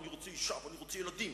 'אני רוצה אשה ואני רוצה ילדים,